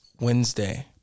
Wednesday